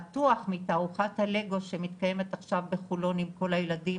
בטוח מתערוכת הלגו שמתקיימת עכשיו בחולון עם כל הילדים,